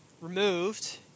removed